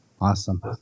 Awesome